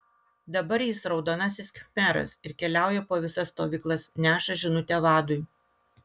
dabar jis raudonasis khmeras ir keliauja po visas stovyklas neša žinutę vadui